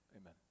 Amen